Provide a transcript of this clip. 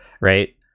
right